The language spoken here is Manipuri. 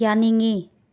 ꯌꯥꯅꯤꯡꯉꯤ